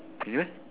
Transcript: really meh